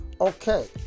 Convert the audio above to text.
Okay